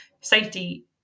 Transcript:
safety